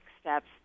steps